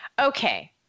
Okay